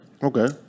Okay